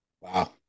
wow